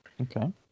Okay